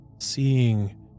seeing